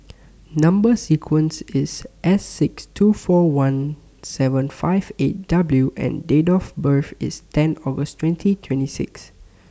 Number sequence IS S six two four one seven five eight W and Date of birth IS ten August twenty twenty six